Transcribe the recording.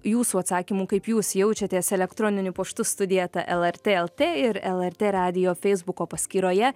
jūsų atsakymų kaip jūs jaučiatės elektroniniu paštu studija eta lrt lt ir lrt radijo feisbuko paskyroje